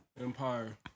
Empire